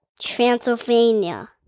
Transylvania